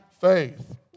faith